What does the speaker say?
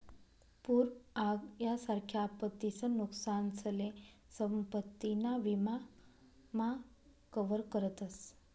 पूर आग यासारख्या आपत्तीसन नुकसानसले संपत्ती ना विमा मा कवर करतस